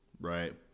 right